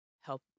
help